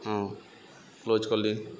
ହଁ କ୍ଲୋଜ୍ କଲି